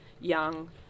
young